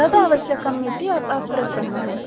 कदावश्यकमिति अप्रतमः